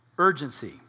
urgency